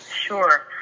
sure